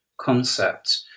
concept